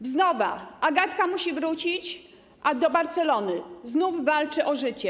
Wznowa - Agatka musi wrócić do Barcelony, znów walczy o życie.